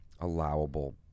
allowable